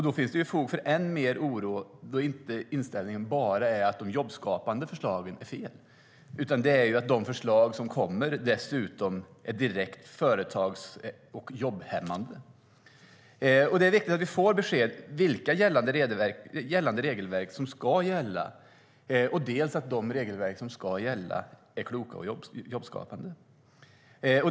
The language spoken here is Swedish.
Då finns det i stället fog för än mer oro, för då är inte inställningen bara att de jobbskapande förslagen är fel, utan de förslag som kommer är dessutom direkt företags och jobbhämmande. Det är viktigt att vi får besked om vilka regelverk som ska gälla och att de regelverk som ska gälla är kloka och jobbskapande.